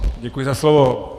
Děkuji za slovo.